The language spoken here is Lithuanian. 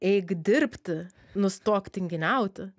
eik dirbti nustok tinginiauti